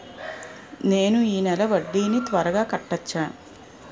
నేను ఈ నెల వడ్డీని తర్వాత కట్టచా?